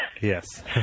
Yes